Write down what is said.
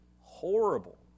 horrible